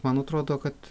man atrodo kad